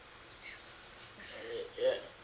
uh ya